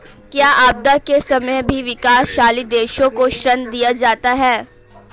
क्या आपदा के समय भी विकासशील देशों को ऋण दिया जाता है?